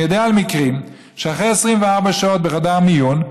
אני יודע על מקרים שאחרי 24 שעות בחדר מיון,